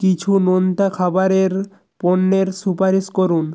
কিছু নোনতা খাবারের পণ্যের সুপারিশ করুন